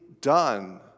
done